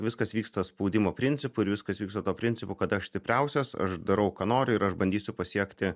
viskas vyksta spaudimo principu ir viskas vyksta tuo principu kad aš stipriausias aš darau ką noriu ir aš bandysiu pasiekti